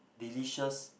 delicious